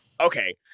Okay